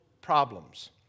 problems